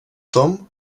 tom